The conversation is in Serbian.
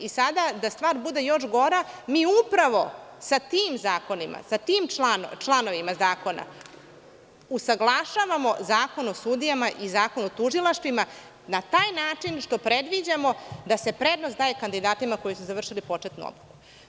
I sada da stvar bude još gora, mi upravo sa tim zakonima, sa tim članovima zakona usaglašavamo Zakon o sudijama i Zakon o tužilaštvima na taj način što predviđamo da se prednost daje kandidatima koji su završili početnu obuku.